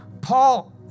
Paul